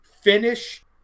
finish